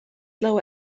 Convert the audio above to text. lower